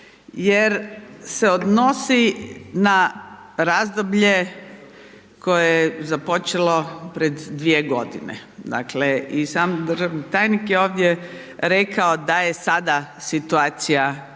jer se odnosi na razdoblje koje je započelo pred 2 g. Dakle i sam državni tajnik je ovdje rekao da je sada situacija